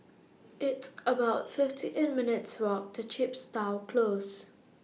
It's about fifty eight minutes' Walk to Chepstow Close